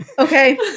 Okay